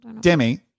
Demi